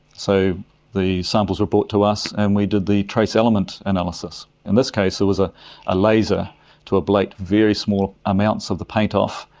so the samples were brought to us and we did the trace element analysis. in this case it was a a laser to ablate very small amounts of the paint off,